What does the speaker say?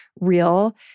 real